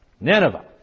Nineveh